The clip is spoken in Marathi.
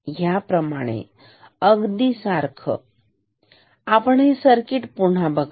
ह्याप्रमाणे अगदी सारख आपण हे सर्किट पुन्हा बघा